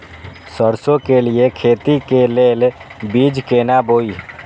सरसों के लिए खेती के लेल बीज केना बोई?